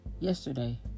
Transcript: Yesterday